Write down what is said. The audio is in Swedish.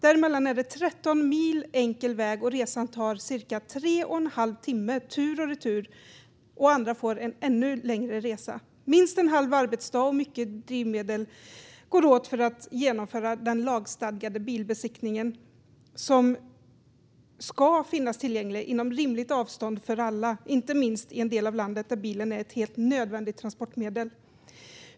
Däremellan är det 13 mil enkel väg, och resan tar cirka tre och en halv timme tur och retur. Andra får en ännu längre resa. Det går åt minst en halv arbetsdag och mycket drivmedel för att genomföra den lagstadgade bilbesiktningen, som ska finnas tillgänglig för alla inom rimligt avstånd och inte minst i en del av landet där bilen är ett nödvändigt transportmedel.